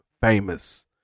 famous